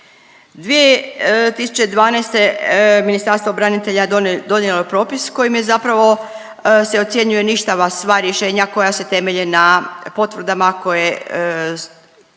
2012. Ministarstvo branitelja donijelo je propis kojim je zapravo se ocjenjuje ništava sva rješenja koja se temelje na potvrdama koje,